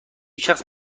شخص